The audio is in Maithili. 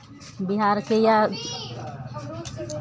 बिहारके या